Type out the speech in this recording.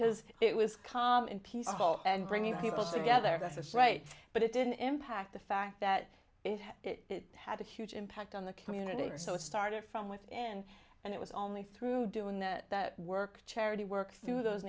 because it was calm and peaceful and bringing people together as a right but it didn't impact the fact that it had it had a huge impact on the community so it started from with and and it was only through doing that that work charity work through those